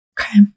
Okay